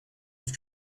with